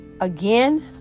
Again